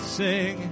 sing